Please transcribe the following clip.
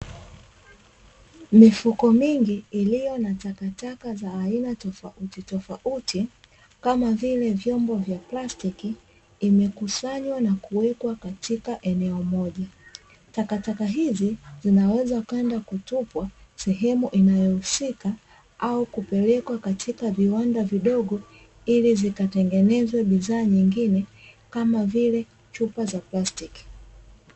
Mifuko mingi iliyo na takataka za aina tofauti tofauti, kama vile vyombo vya plastiki imekusanywa na kuwekwa katika eneo moja. takataka hizi zinaweza kwenda kutupwa sehemu inayohusika au kupelekwa katika viwanda vidogo ili zikatengenezwa bidhaa nyingine kama vile chupa za plastic.